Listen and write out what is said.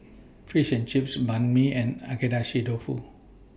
Fish and Chips Banh MI and Agedashi Dofu